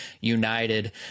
United